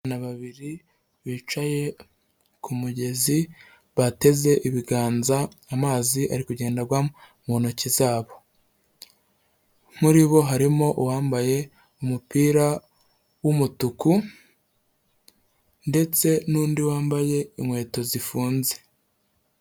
Abana babiri bicaye ku mugezi bateze ibiganza amazi ari kugendagwa mu ntoki zabo, muri bo harimo uwambaye umupira w'umutuku ndetse n'undi wambaye inkweto zifunze.